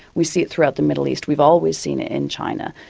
we see it throughout the middle east, we've always seen it in china.